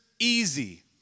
easy